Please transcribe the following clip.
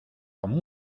como